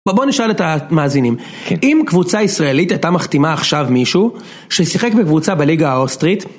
בואו נשאל את המאזינים, אם קבוצה ישראלית הייתה מחתימה עכשיו מישהו ששיחק בקבוצה בליגה האוסטרית?